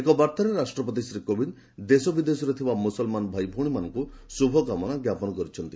ଏକ ବାର୍ତ୍ତାରେ ରାଷ୍ଟ୍ରପତି ଶ୍ରୀ କୋବିନ୍ଦ ଦେଶ ବିଦେଶରେ ଥିବା ମୁସଲମାନ ଭାଇ ଭଉଣୀମାନଙ୍କୁ ଶୁଭକାମନା ଜ୍ଞାପନ କରିଛନ୍ତି